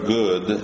good